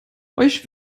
euch